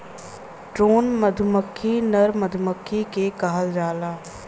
drone मधुमक्खी नर मधुमक्खी के कहल जाला